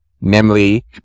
namely